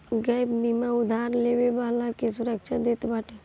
gap बीमा उधार लेवे वाला के सुरक्षा देत बाटे